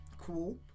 cool